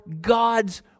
God's